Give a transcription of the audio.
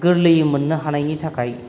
गोरलैयै मोननो हानायनि थाखाय